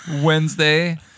wednesday